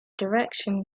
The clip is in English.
direction